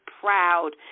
proud